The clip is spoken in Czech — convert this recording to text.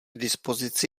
dispozici